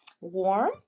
warm